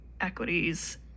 equities